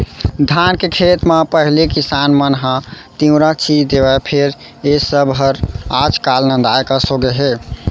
धान के खेत म पहिली किसान मन ह तिंवरा छींच देवय फेर ए सब हर आज काल नंदाए कस होगे हे